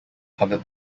covered